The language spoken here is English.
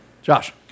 Josh